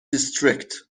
district